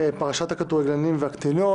לתיקון ולקיום תוקפן של תקנות שעת חירום